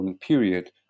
period